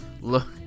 Look